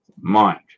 mind